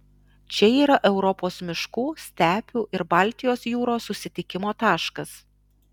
čia yra europos miškų stepių ir baltijos jūros susitikimo taškas